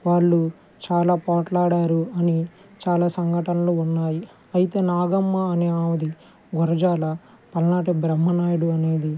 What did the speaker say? వాళ్ళు చాలా పోట్లాడారు అని చాలా సంఘటనలు ఉన్నాయి అయితే నాగమ్మ అని ఆవిది గురజాల పల్నాటి బ్రహ్మనాయుడు అనేది